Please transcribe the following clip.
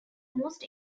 most